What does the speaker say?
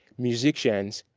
musicians,